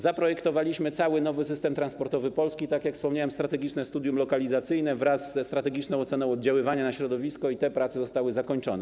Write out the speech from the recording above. Zaprojektowaliśmy cały nowy system transportowy Polski, tak jak wspomniałem, strategiczne studium lokalizacyjne wraz ze strategiczną oceną oddziaływania na środowisko i te prace zostały zakończone.